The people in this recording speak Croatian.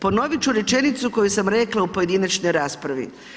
Ponoviti ću rečenicu, koju sam rekla u pojedinačnoj raspravi.